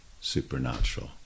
supernatural